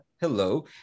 Hello